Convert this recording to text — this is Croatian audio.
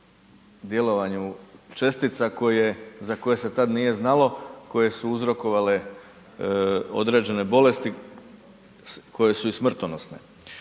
djelovanju čestica za koje se tad nije znalo koje su uzrokovale određene bolesti koje su i smrtonosne.